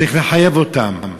צריך לחייב אותם.